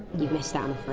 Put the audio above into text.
you've missed um